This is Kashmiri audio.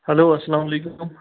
ہٮ۪لو السلام علیکُم